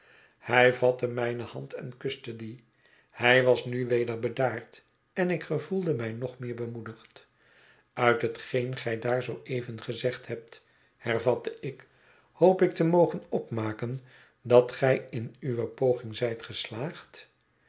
hij vatte mijne hand en kuste die hij was nu weder bedaard en ik gevoelde mij nog meer bemoedigd uit hetgeen gij daar zoo even gezegd hebt hervatte ik hoop ik te mogen opmaken dat gij ih uw poging zijt geslaagd